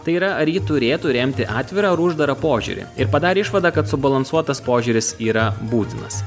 tai yra ar ji turėtų remti atvirą ar uždarą požiūrį ir padarė išvadą kad subalansuotas požiūris yra būtinas